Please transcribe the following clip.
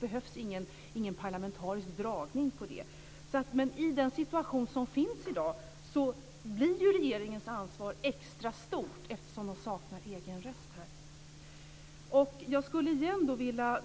Det behövs ingen parlamentarisk dragning av det. Men i den situation som finns i dag blir regeringens ansvar extra stort eftersom man saknar en egen röst. Jag skulle återigen vilja